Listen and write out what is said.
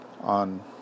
on